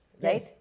Right